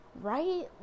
right